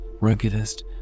ruggedest